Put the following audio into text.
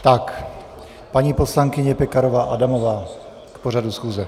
Tak, paní poslankyně Pekarová Adamová k pořadu schůze.